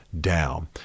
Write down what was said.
Down